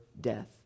death